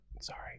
Sorry